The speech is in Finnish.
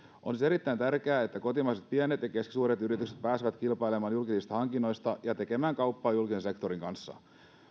on siis erittäin tärkeää että kotimaiset pienet ja keskisuuret yritykset pääsevät kilpailemaan julkisista hankinnoista ja tekemään kauppaa julkisen sektorin kanssa